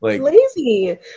lazy